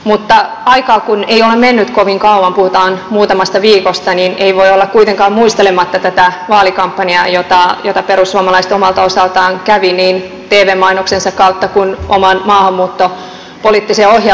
mutta kun aikaa ei ole mennyt kovin kauan puhutaan muutamasta viikosta niin ei voi olla kuitenkaan muistelematta tätä vaalikampanjaa jota perussuomalaiset omalta osaltaan kävivät niin tv mainoksensa kautta kuin oman maahanmuuttopoliittisen ohjelmansa kautta